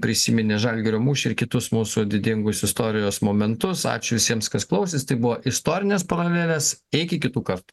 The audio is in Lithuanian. prisiminė žalgirio mūšį ir kitus mūsų didingus istorijos momentus ačiū visiems kas klausės tai buvo istorinės paralelės iki kitų kartų